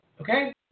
Okay